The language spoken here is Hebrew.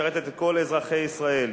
שמשרתת את כל אזרחי ישראל,